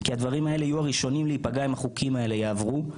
כי הדברים האלה יהיו הראשונים להיפגע אם החוקים האלה יעברו,